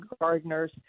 gardeners